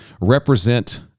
represent